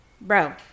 bro